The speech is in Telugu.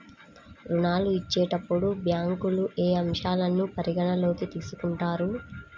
ఋణాలు ఇచ్చేటప్పుడు బ్యాంకులు ఏ అంశాలను పరిగణలోకి తీసుకుంటాయి?